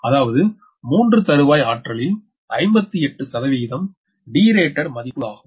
அதாவது 3 தருவாய் ஆற்றலில் 58 ரேட்டேட் மதிப்பு ஆகும்